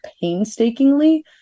painstakingly